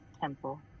temple